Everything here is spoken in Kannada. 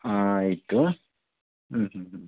ಹಾಂ ಆಯಿತು ಹ್ಞೂ ಹ್ಞೂ ಹ್ಞೂ